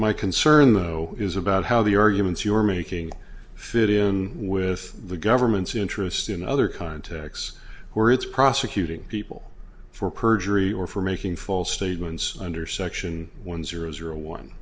my concern though is about how the arguments you are making fit in with the government's interests in other contexts where it's prosecuting people for perjury or for making false statements under section one zero zero one